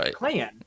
right